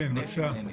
כן, בבקשה.